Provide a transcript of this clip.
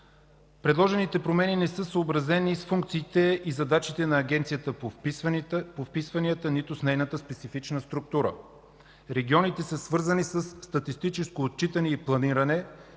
Предложените промени не са съобразени с функциите и задачите на Агенцията по вписванията, нито с нейната специфична структура. Регионите са свързани със статистическо отчитане и планиране.